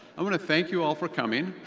i'm gonna thank you all for coming.